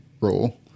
role